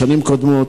בשנים קודמות,